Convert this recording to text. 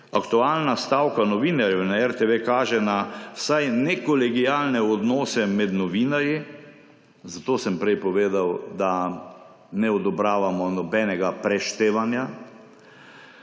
Aktualna stavka novinarjev na RTV kaže na vsaj nekolegialne odnose med novinarji – zato sem prej povedal, da ne odobravamo nobenega preštevanja